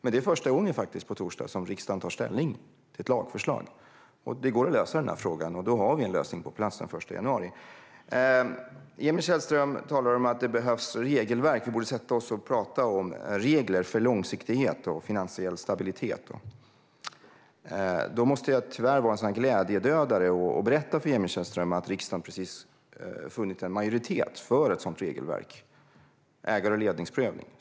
På torsdag är det första gången som riksdagen tar ställning till ett lagförslag. Det går att lösa den här frågan, och vi har en lösning på plats den 1 januari. Emil Källström talar om att det behövs regelverk och att vi borde sätta oss och prata om regler för långsiktighet och finansiell stabilitet. Då måste jag tyvärr vara en glädjedödare och berätta för Emil Källström att riksdagen precis har funnit en majoritet för ett sådant regelverk med ägar och ledningsprövning.